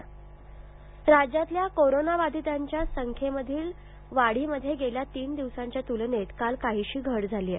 राज्य कोविड राज्यातल्या कोरोना बाधितांच्या संख्येतील वाढीमध्ये गेल्या तीन दिवसांच्या तुलनेत काल काहीशी घट झाली आहे